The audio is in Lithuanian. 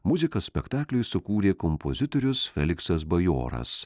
muziką spektakliui sukūrė kompozitorius feliksas bajoras